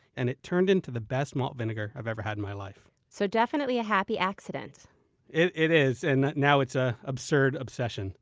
and it turned into the best malt vinegar i've ever had in my life so definitely a happy accident it it is. and now it's an ah absurd obsession